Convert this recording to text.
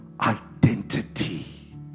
identity